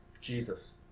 Jesus